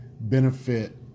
benefit